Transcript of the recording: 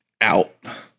out